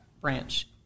branch